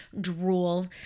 Drool